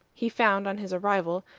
he found, on his arrival,